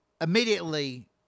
immediately